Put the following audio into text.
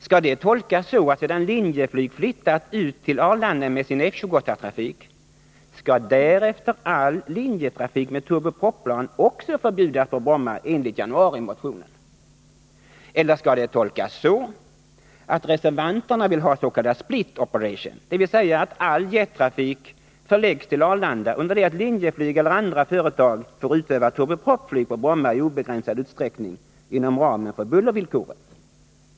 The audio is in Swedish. Skall det tolkas så, att sedan Linjeflyg flyttat ut till Arlanda med sin F-28-trafik, skall därefter all linjetrafik med turbopropplan också förbjudas på Bromma enligt januarimotionen? Eller skall det tolkas så, att reservanterna vill ha s.k. split operation, dvs. att all jettrafik förläggs till Arlanda under det att Linjeflyg eller andra företag får utöva turbopropflyg på Bromma i obegränsad utsträckning inom ramen för bullervillkoren?